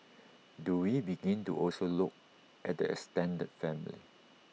do we begin to also look at the extended family